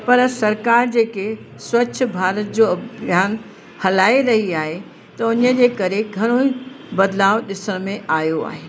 पर सरकारि जेके स्वच्छ भारत जो अभ्यान हलाए रही आहे त उनीअ जे करे घणो ही बदिलाव ॾिसण में आयो आहे